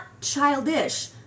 childish